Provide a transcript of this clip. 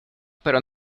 pero